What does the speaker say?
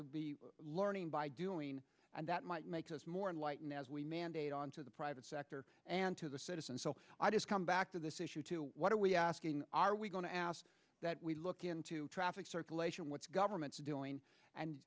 to be learning by doing and that might make us more enlightened as we mandate on to the private sector and to the citizens so i just come back to this issue to what are we asking are we going to ask that we look into traffic circulation which governments are doing and